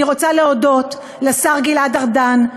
אני רוצה להודות לשר גלעד ארדן,